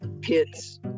pits